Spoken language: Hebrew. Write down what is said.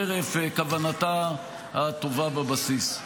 חרף כוונתה הטובה בבסיס.